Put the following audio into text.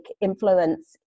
influence